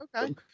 okay